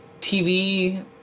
TV